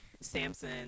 Samson